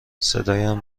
صدایم